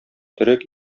төрек